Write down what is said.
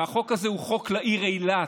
והחוק הזה הוא חוק לעיר אילת,